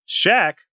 Shaq